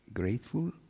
grateful